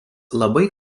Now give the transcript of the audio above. labai